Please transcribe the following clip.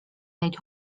neid